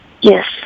Yes